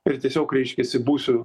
ir tiesiog reiškiasi būsiu